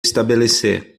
estabelecer